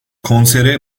konsere